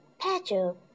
Pedro